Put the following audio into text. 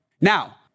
Now